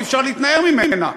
אי-אפשר להתנער ממנה.